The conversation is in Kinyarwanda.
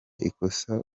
ikosa